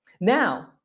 now